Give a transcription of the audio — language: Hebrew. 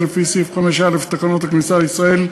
לפי סעיף 5א לתקנות הכניסה לישראל,